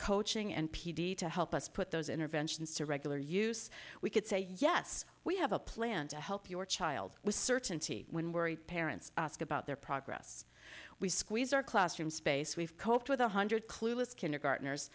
coaching and p d to help us put those interventions to regular use we could say yes we have a plan to help your child with certainty when worried parents about their progress we squeeze our classroom space we've coped with one hundred clueless kindergartners